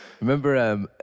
remember